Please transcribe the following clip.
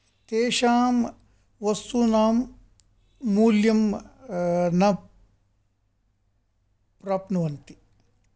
तेषां वस्तूनां मूल्यं न प्राप्नुवन्ति